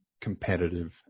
competitive